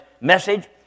message